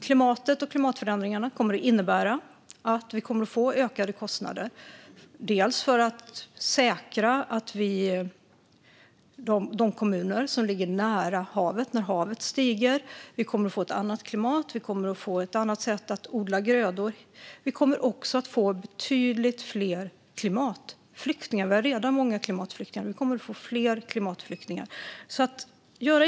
Klimatförändringarna kommer att innebära ökade kostnader, bland annat för att säkra havsnära kommuner när havet stiger. Vi kommer att få ett annat klimat och ett annat sätt att odla grödor. Vi kommer också att få betydligt fler klimatflyktingar i världen - vi har redan många, och vi kommer att få fler.